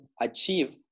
achieve